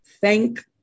thank